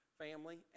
family